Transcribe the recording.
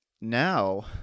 now